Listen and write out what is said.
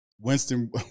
Winston